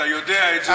אתה יודע זאת.